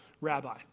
rabbi